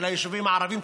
של היישובים הערביים.